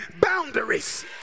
boundaries